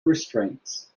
restraints